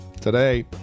Today